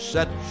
Set